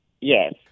Yes